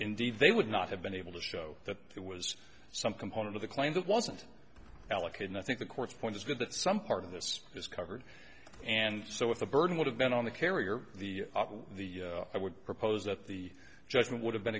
indeed they would not have been able to show that there was some component of the claim that wasn't allocated i think the court's point is good that some part of this is covered and so if the burden would have been on the carrier the the i would propose that the judgment would have been